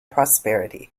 prosperity